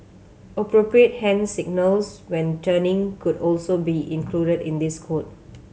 appropriate hand signals when turning could also be included in this code